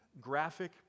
Graphic